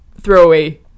throwaway